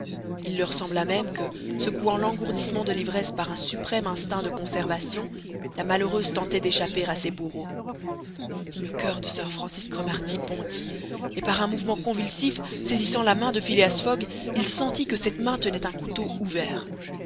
il leur sembla même que secouant l'engourdissement de l'ivresse par un suprême instinct de conservation la malheureuse tentait d'échapper à ses bourreaux le coeur de sir francis cromarty bondit et par un mouvement convulsif saisissant la main de phileas fogg il sentit que cette main tenait un couteau ouvert